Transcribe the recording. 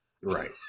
Right